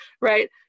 right